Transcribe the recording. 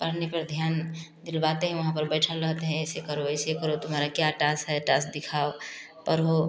पढ़ने पर ध्यान दिलाते हैं वहाँ पर बैठल रहते हैं ऐसे करो ऐसे करो तुम्हारा क्या टास है टास दिखाओ पढ़ो